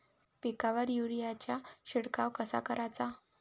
पिकावर युरीया चा शिडकाव कसा कराचा?